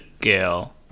girl